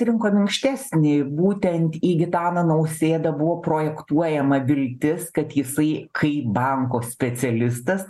rinko minkštesnį būtent į gitaną nausėdą buvo projektuojama viltis kad jisai kaip banko specialistas